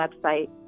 website